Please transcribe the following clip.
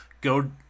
Go